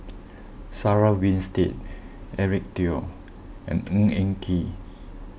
Sarah Winstedt Eric Teo and Ng Eng Kee